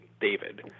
David